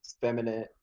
feminine